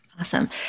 Awesome